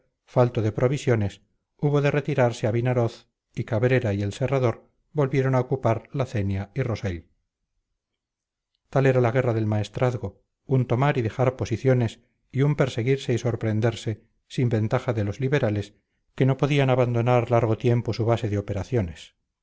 falto de provisiones hubo de retirarse a vinaroz y cabrera y el serrador volvieron a ocupar la cenia y rosell tal era la guerra del maestrazgo un tomar y dejar posiciones y un perseguirse y sorprenderse sin ventaja de los liberales que no podían abandonar largo tiempo su base de operaciones